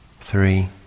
three